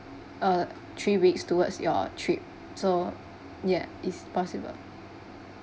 uh three weeks towards your trip so ya it's possible